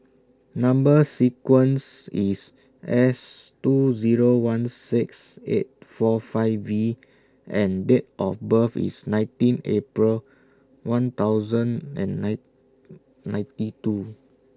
Number sequence IS S two Zero one six eight four five V and Date of birth IS nineteen April one thousand and nine ninety two